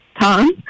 Tom